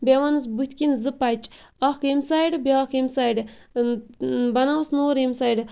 بیٚیہِ وَنَس بِتھ کَنہِ زٕ پَچہِ اکھ ییٚمہِ سایڈٕ بیاکھ ییٚمہِ سایڈٕ بَناوَس نوٚر ییٚمہِ سایڈٕ